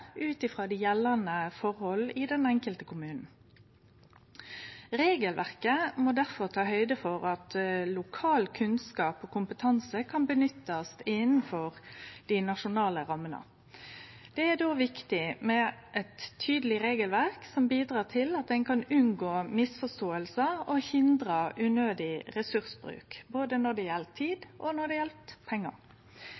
ut frå dei gjeldande forholda i den enkelte kommunen. Regelverket må difor ta høgde for at lokal kunnskap og kompetanse kan nyttast innanfor dei nasjonale rammene. Det er då viktig med eit tydeleg regelverk som bidreg til at ein kan unngå misforståingar og hindre unødig ressursbruk når det gjeld både tid